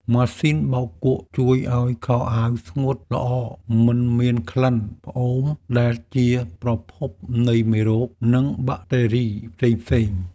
ម៉ាស៊ីនបោកគក់ជួយឱ្យខោអាវស្ងួតល្អមិនមានក្លិនផ្អូមដែលជាប្រភពនៃមេរោគ និងបាក់តេរីផ្សេងៗ។